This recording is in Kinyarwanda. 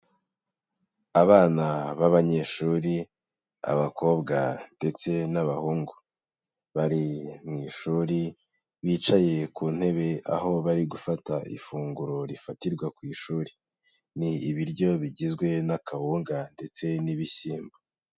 Abana b'abanyeshuri abakobwa ndetse n'abahungu, bari mu ishuri bicaye ku ntebe aho bari gufata ifunguro rifatirwa ku ishuri. Ni ibiryo bigizwe n'akawunga ndetse n'ibishyimbo.